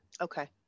Okay